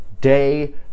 day